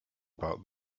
about